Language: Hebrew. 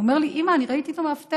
הוא אמר לי, אימא, אני ראיתי את המאבטח.